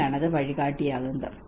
അവിടെയാണ് അത് വഴികാട്ടിയാകുന്നത്